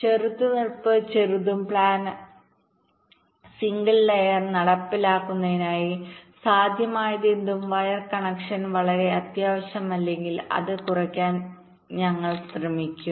ചെറുത്തുനിൽപ്പ് ചെറുതും planar single ലെയർനടപ്പിലാക്കുന്നതിനായി സാധ്യമായതെന്തും വയർ കണക്ഷൻ വളരെ അത്യാവശ്യമല്ലെങ്കിൽ അത് കുറയ്ക്കാൻ ഞങ്ങൾ ശ്രമിക്കും